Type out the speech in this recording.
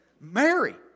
Mary